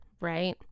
right